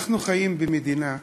אנחנו חיים במדינה,